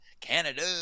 Canada